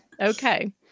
Okay